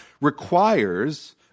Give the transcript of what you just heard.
requires